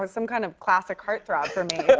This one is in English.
but some kind of classic heartthrob for me,